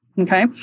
Okay